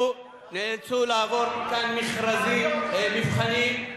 נאלצו לעבור פה מכרזים, אז תביא אותם למבחנים,